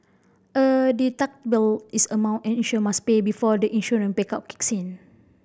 a deductible is the amount an insured must pay before the insurance bake out kicks in